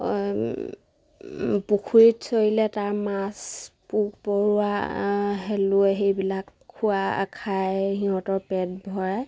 পুখুৰীত চৰিলে তাৰ মাছ পোক পৰুৱা শেলুৱৈ সেইবিলাক খোৱা খাই সিহঁতৰ পেট ভৰাই